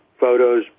photos